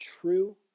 true